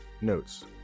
Notes